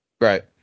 Right